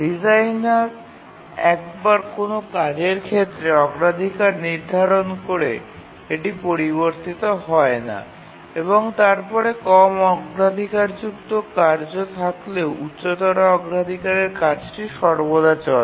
designer একবার কোনও কাজের ক্ষেত্রে অগ্রাধিকার নির্ধারণ করে এটি পরিবর্তিত হয় না এবং তারপরে কম অগ্রাধিকারযুক্ত কার্য থাকলেও উচ্চতর অগ্রাধিকারের কাজটি সর্বদা চলে